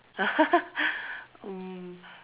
um